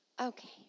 Okay